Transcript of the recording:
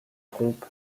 trompe